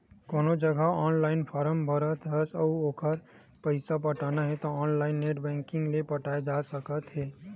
कोनो जघा online form भरत हस अउ ओखर पइसा पटाना हे त ऑनलाइन नेट बैंकिंग ले पटाए जा सकत हे